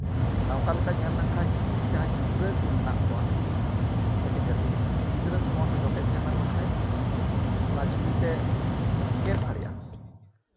ᱟᱨ ᱚᱱᱠᱟ ᱞᱮᱠᱟ ᱧᱮᱞ ᱞᱮᱱ ᱠᱷᱟᱡ ᱡᱟᱦᱟᱸ ᱜᱤᱫᱽᱨᱟᱹ ᱠᱚ ᱢᱮᱱᱟᱜ ᱠᱚᱣᱟ ᱠᱟᱹᱴᱤᱡ ᱠᱟᱹᱴᱤᱡ ᱩᱱᱠᱩ ᱜᱤᱫᱽᱨᱟᱹ ᱠᱚ ᱱᱚᱣᱟ ᱠᱚ ᱡᱚᱴᱮᱫ ᱮᱢᱟᱱ ᱞᱮᱠᱷᱟᱡ ᱚᱱᱟ ᱪᱷᱩᱨᱤ ᱛᱮ ᱜᱮᱫ ᱫᱟᱲᱮᱭᱟᱜᱼᱟ